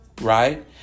Right